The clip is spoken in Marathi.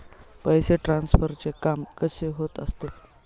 पैसे ट्रान्सफरचे काम कसे होत असते?